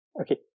okay